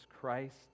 Christ